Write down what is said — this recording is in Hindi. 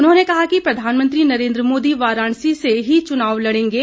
उन्होंने कहा कि प्रधानमंत्री नरेंद्र मोदी वाराणसी से ही चुनाव लड़ेंगे